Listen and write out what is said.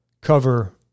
cover